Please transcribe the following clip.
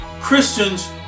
Christians